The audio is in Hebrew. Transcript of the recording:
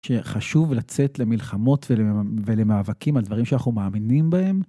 שחשוב לצאת למלחמות ולמאבקים על דברים שאנחנו מאמינים בהם.